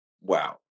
Wow